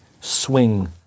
swing